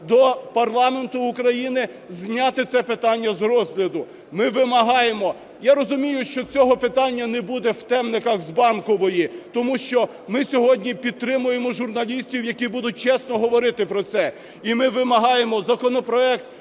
до парламенту України зняти це питання з розгляду. Ми вимагаємо, я розумію, що цього питання не буде в темниках з Банкової, тому що ми сьогодні підтримуємо журналістів, які будуть чесно говорити про це. І ми вимагаємо законопроект